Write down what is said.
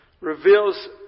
reveals